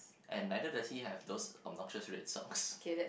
and neither does he have those obnoxious red socks